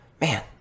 Man